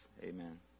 Amen